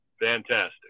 Fantastic